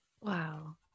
Wow